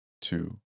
two